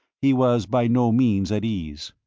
he was by no means at ease.